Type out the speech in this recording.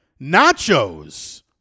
Nachos